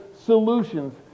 solutions